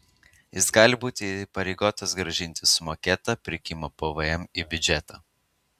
jis gali būti įpareigotas grąžinti sumokėtą pirkimo pvm į biudžetą